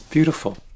Beautiful